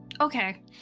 okay